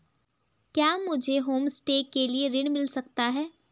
क्या मुझे होमस्टे के लिए ऋण मिल सकता है?